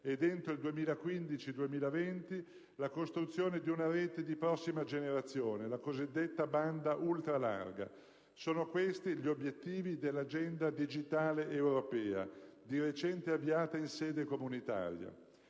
e, entro il 2015-2020, alla costruzione di una rete di prossima generazione, la cosiddetta banda ultralarga. Sono questi gli obiettivi dell'Agenda digitale europea di recente avviata in sede comunitaria.